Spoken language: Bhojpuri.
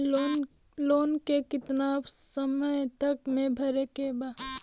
लोन के कितना समय तक मे भरे के बा?